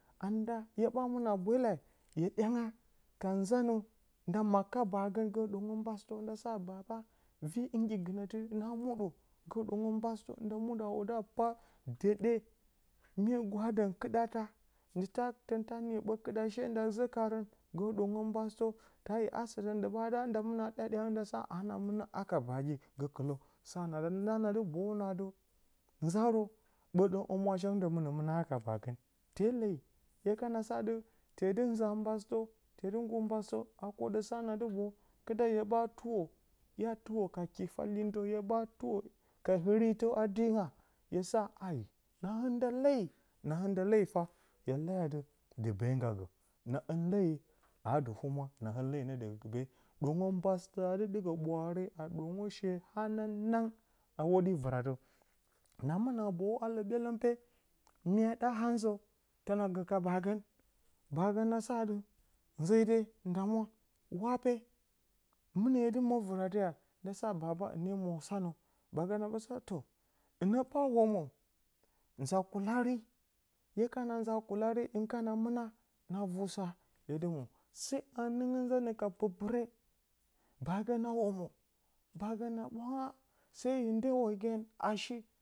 Na nda he, ɓaa mɨnə a bwelea, hye ɗyanga ka nzaanə, nda marka baagə gə ɗwongə mbasɨtə, nda sa baba vii hɨnggi, gɨnəti hɨn ɓaa muuɗə, gə ɗwongə mbasɨtə, nda muɗə adɨ paa dəɗye, mye gwadən kɨɗa taa ndɨ ta, tan ta niyi ɓə kɨɗə she nda zəkaarən. Gə ɗwongə mbasɨtə, ta a yo asə ɗə ndɨ ɓaa ɗa, nda mɨnə a ɗa ɗyansa lee, nda sa adɨ a na mɨ nə haka baagi gakɨlə, sa na a dɨ, la nadɨ boyu nə adɨ nzaarə ɓə ɗɨm humwa shəntə mɨnə mɨnə haa ka baagə. Te leyi hye ka nasa adɨ tedɨ nzaa mba sɨtə, tedɨ nggur mbasɨtə, ha kwoɗə sa nadɨ boyu, kɨɗa hye ɓaa tuwo hya tuwo ka kiifa iyintə, hye ɓaa tuwo ka ɨriitə, a diinga, hye sa, ai, na hɨn, leyi na hɨ nda leyi fah hye lea adɨ dɨ bee ngga gə, na hɨn leyi aa dɨ humwa. Na hɨ leyi dɨ bee, nɗwonsə mbasɨtə adɨ ɗɨkə, ɓwaare a ɗwogə she hananang, a hwoɗi vɨratə. Na mɨnə a boyu alə, ɓyeləng pee, myaɗa a nzə təna gə ka baagən, baagə a sa adɨ, nzede nda mwa, wa pe, mɨnə hye dɨ mwo vɨratə yaa. Nda sa baba hɨne mwo sanə baagə a bə, sa too, hɨnə ɓaa womwo nza kulari, hye kana nza a kulari hɨn kana mɨna, na vu sa, hye dɨ mwo sai ha nɨngə nganə ka pɨpɨre, baagə a womwo, baagə a ɓwanga sai hi ndyewogə a shi.